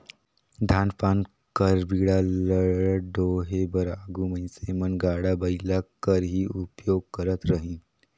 धान पान कर बीड़ा ल डोहे बर आघु मइनसे मन गाड़ा बइला कर ही उपियोग करत रहिन